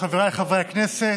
חבריי חברי הכנסת,